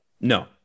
No